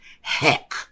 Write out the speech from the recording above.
heck